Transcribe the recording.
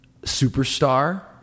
superstar